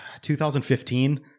2015